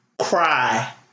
Cry